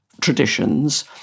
traditions